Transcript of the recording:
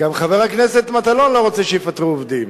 גם חבר הכנסת מטלון לא רוצה שיפטרו עובדים.